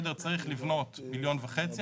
צריך לבנות 1.5 מיליון,